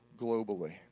globally